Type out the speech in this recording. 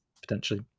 potentially